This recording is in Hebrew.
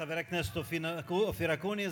תודה לחבר הכנסת אופיר אקוניס,